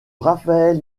rafael